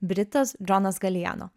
britas džonas galiano